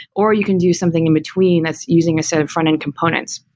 or you can do something in between that's using a set of front-end components.